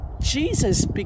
Jesus